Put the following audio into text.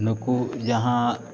ᱱᱩᱠᱩ ᱡᱟᱦᱟᱸ